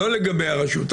לא לגבי הרשות עצמה.